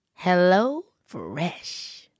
HelloFresh